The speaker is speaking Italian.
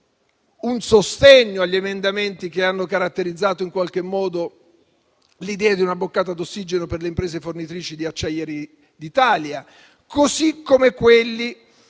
un sostegno sugli emendamenti che hanno caratterizzato in qualche modo l'idea di una boccata d'ossigeno per le imprese fornitrici di Acciaierie d'Italia; così come per quelli